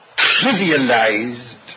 trivialized